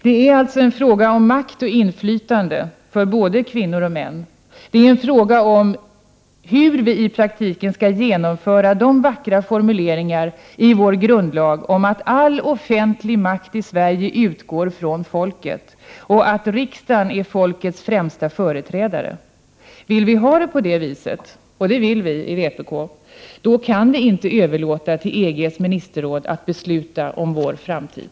Det är en fråga om makt och inflytande för både kvinnor och män. Det är en fråga om hur vi i praktiken skall genomföra de vackra formuleringarna i vår grundlag om att ”All offentlig makt i Sverige utgår från folket.” och att ”Riksdagen är folkets främsta företrädare.”. Om vi vill ha det på det viset — och det vill vi i vpk — kan vi inte överlåta till EG:s ministerråd att besluta om vår framtid.